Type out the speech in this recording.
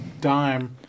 dime